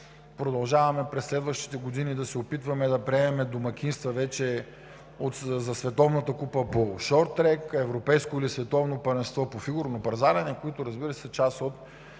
продължаваме да се опитваме да приемаме домакинства вече за Световната купа по шорттрек, Европейско или Световно първенство по фигурно пързаляне, които, разбира се, са част от